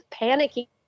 panicking